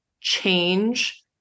change